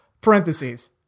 parentheses